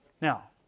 Now